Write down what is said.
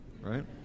right